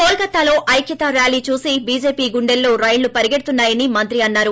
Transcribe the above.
కోల్కతాలో ఐక్యతా ర్యాలీ చూసి బీజేపీ గుండెల్లో రైళ్లు పరిగెడుతున్నాయని మంత్రి అన్నారు